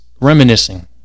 reminiscing